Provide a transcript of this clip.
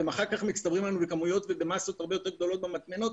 ואחר כך הן מצטברות לנו בכמויות ובמסות הרבה יותר גדולות במטמנות,